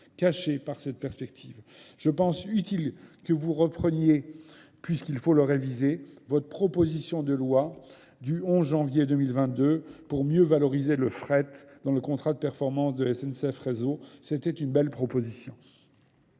cachées par cette perspective. Je pense utile que vous repreniez, puisqu'il faut le réviser, votre proposition de loi du 11 janvier 2022 pour mieux valoriser le fret dans le contrat de performance de SNCF-Réseau. C'était une belle proposition.